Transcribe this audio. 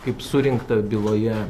kaip surinkta byloje